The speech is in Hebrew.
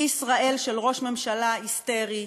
היא ישראל של ראש ממשלה היסטרי,